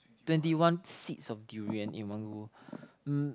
twenty one seeds of durian in one go um